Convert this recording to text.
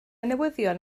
newyddion